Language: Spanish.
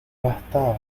bastaba